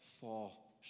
fall